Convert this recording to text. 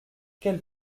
quelle